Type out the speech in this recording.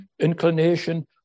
inclination